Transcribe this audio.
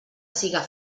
siga